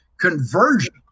conversion